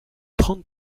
trente